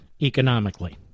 economically